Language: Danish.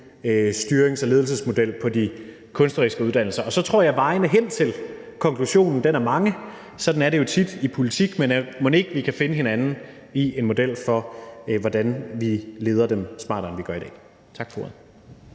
styrings- og ledelsesmodel på de kunstneriske uddannelser. Og så tror jeg, at vejene hen til konklusionen er mange – sådan er det jo tit i politik – men mon ikke, at vi kan finde hinanden i en model for, hvordan vi leder dem smartere, end vi gør i dag. Tak for ordet.